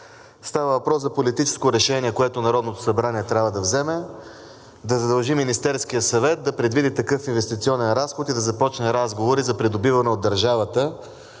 Става въпрос за политическо решение, което Народното събрание трябва да вземе – да задължи Министерския съвет да предвиди такъв инвестиционен разход и да започне разговори за придобиване от държавата